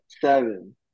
Seven